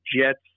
Jets